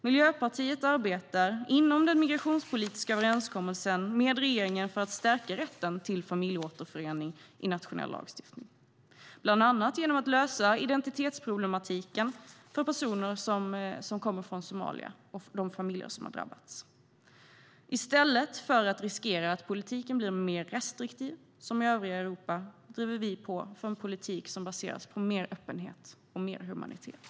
Miljöpartiet arbetar inom den migrationspolitiska överenskommelsen med regeringen för att stärka rätten till familjeåterförening i nationell lagstiftning, bland annat genom att lösa identitetsproblematiken för personer som kommer från Somalia och de familjer som har drabbats. I stället för att riskera att politiken blir mer restriktiv, som i övriga Europa, driver vi på för en politik som baseras på mer öppenhet och mer humanitet.